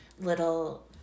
little